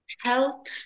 Health